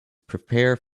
prepare